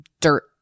dirt